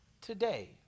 today